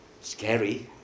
Scary